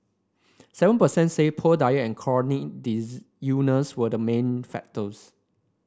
seven per cent said poor diet and chronic illness were the main factors